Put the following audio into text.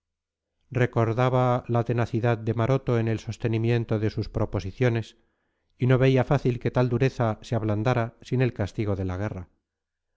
recordaba la tenacidad de maroto en el sostenimiento de sus proposiciones y no veía fácil que tal dureza se ablandara sin el castigo de la guerra